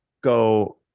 go